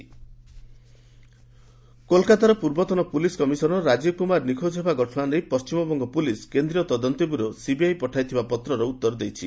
WB police କୋଲକାତାର ପୂର୍ବତନ commissioner Rajeev Kumar ନିଖୋଜ ହେବା ଘଟଣା ନେଇ ପଶ୍ଚିମବଙ୍ଗ ପୁଲିସ୍ କେନ୍ଦ୍ରୀୟ ତଦନ୍ତ ବ୍ୟୁରୋ ସିବିଆଇ ପଠାଇଥିବା ପତ୍ରର ଉତ୍ତର ଦେଇଛି